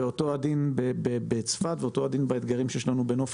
אותו הדין בצפת ואותו הדין באתגרים שיש לנו בנוף